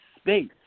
space